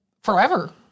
Forever